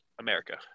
America